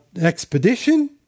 expedition